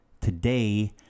today